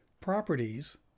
properties